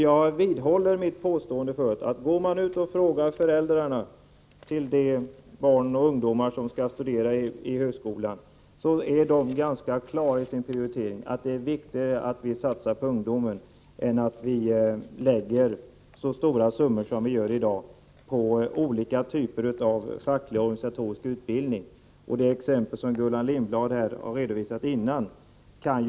Jag vidhåller mitt tidigare påstående att föräldrarna till de barn och ungdomar som skall studera på högskolan är ganska klara i sin prioritering: Det är viktigare att vi satsar på ungdomen än att vi lägger så stora summor som i dag på olika typer av facklig och organisatorisk utbildning. Gullan Lindblad redovisade ett exempel.